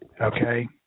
Okay